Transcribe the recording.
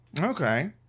Okay